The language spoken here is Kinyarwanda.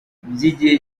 by’igihe